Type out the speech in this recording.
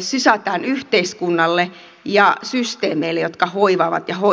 sysätään yhteiskunnalle ja systeemeille jotka hoivaavat ja hoitavat